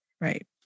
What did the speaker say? Right